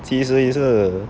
其实也是